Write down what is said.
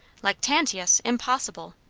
lactantius! impossible.